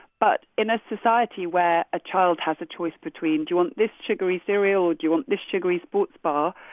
but in a society where a child has a choice between do you want this sugary cereal, or do you want this sugary sports bar?